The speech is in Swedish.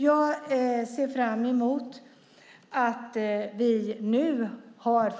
Jag ser fram emot att vi nu får